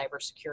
cybersecurity